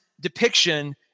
depiction